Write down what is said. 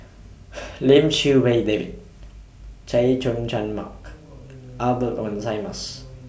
Lim Chee Wai David Chay Jung Jun Mark Albert Winsemius